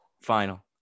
final